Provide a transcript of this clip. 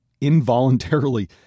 involuntarily